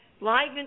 live